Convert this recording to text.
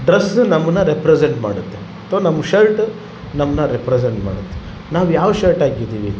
dress ನಮ್ಮನ್ನು represent ಮಾಡುತ್ತೆ ಅಥ್ವ ನಮ್ಮ ಶರ್ಟ್ ನಮ್ಮನ್ನ ರೆಪ್ರಸೆಂಟ್ ಮಾಡುತ್ತೆ ನಾವು ಯಾವ ಶರ್ಟ್ ಹಾಕಿದೀವಿ